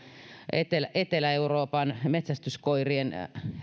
etelä etelä euroopan metsästyskoirien